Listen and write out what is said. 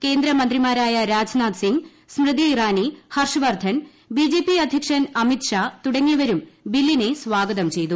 കേന്ദ്രമന്ത്രിമാരായ രാജ്നാഥ് സിങ് സ്മൃതി ഇറാനി ഹർഷവർദ്ധൻ ബിജെപി അദ്ധ്യക്ഷൻ അമിത് ഷാ തുടങ്ങിയവരും ബില്ലിനെ സ്വാഗതം ചെയ്തു